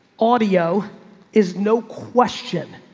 audio is no question.